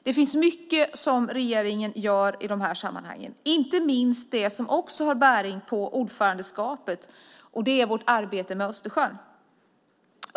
Det finns mycket som regeringen gör i de här sammanhangen, inte minst det som också har bäring på ordförandeskapet, och det är vårt arbete med Östersjön.